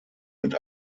mit